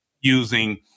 using